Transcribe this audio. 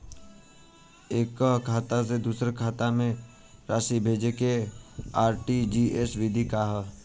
एकह खाता से दूसर खाता में राशि भेजेके आर.टी.जी.एस विधि का ह?